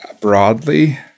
broadly